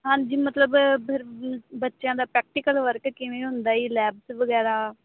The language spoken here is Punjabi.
ਹਾਂਜੀ ਮਤਲਬ ਫਿਰ ਬੱਚਿਆਂ ਦਾ ਪ੍ਰੈਕਟੀਕਲ ਵਰਕ ਕਿਵੇਂ ਹੁੰਦਾ ਜੀ ਲੈਬ 'ਚ ਵਗੈਰਾ